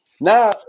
now